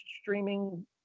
streaming